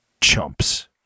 Chumps